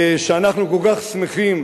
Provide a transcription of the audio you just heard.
שאנחנו כל כך שמחים